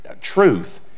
truth